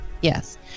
yes